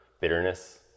bitterness